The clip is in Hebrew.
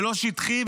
ולא שטחי,